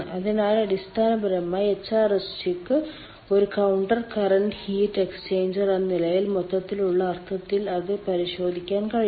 അതിനാൽ അടിസ്ഥാനപരമായി എച്ച്ആർഎസ്ജിക്ക് ഒരു കൌണ്ടർ കറന്റ് ഹീറ്റ് എക്സ്ചേഞ്ചർ എന്ന നിലയിൽ മൊത്തത്തിലുള്ള അർത്ഥത്തിൽ അത് പരിശോധിക്കാൻ കഴിയും